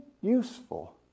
useful